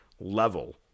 level